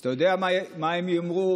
אז אתה יודע מה הם יאמרו,